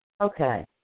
Okay